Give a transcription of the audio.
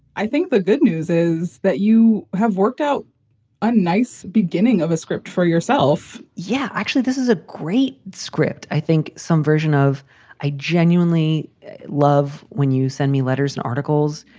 i think the good news is that you have worked out a nice beginning of a script for yourself. yeah, actually, this is a great script. i think some version of a genuinely love. when you send me letters and articles,